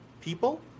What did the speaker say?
people